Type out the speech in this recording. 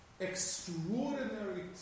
extraordinary